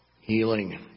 healing